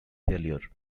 failure